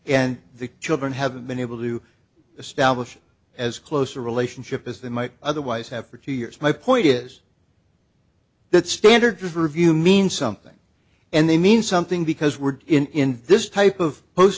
and the children haven't been able to establish as close a relationship as they might otherwise have for two years my point is that standard riverview mean something and they mean something because we're in this type of post